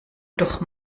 doch